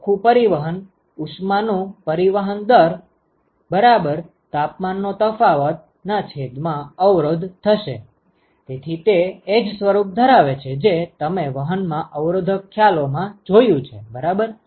ચોખ્ખું પરિવહનઉષ્માનું પરિવહન દર Net transport heat transport rateતાપમાનનો તફાવતઅવરોધ તેથી તે એજ સ્વરૂપ ધરાવે છે જે તમે વહન માં અવરોધક ખ્યાલો માં જોયું છે બરાબર